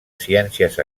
ciències